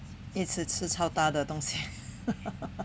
一起吃 chao ta 的东西